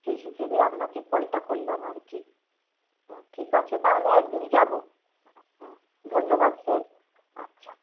সেই হিসেবে আপনাকে কলটা করলাম আর কি ঠিক আছে তাহলে এক দিন যাব হ্যাঁ ধন্যবাদ স্যার আচ্ছা